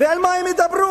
ועל מה הם ידברו?